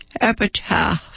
epitaph